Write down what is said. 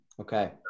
Okay